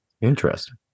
Interesting